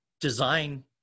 design